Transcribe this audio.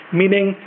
meaning